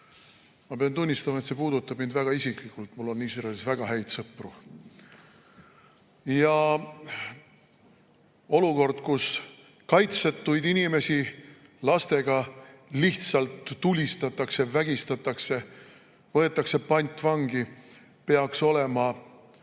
Ma pean tunnistama, et see puudutab mind väga isiklikult. Mul on Iisraelis väga häid sõpru. Olukord, kus kaitsetuid inimesi lastega lihtsalt tulistatakse, vägistatakse, võetakse pantvangi, peaks olema